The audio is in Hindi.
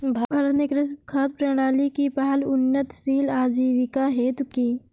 भारत ने कृषि खाद्य प्रणाली की पहल उन्नतशील आजीविका हेतु की